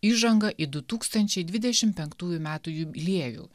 įžanga į du tūkstančiai dvidešimt penktųjų metų jubiliejų